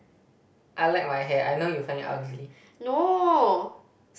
no